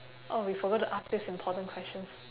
orh we forgot to ask these important questions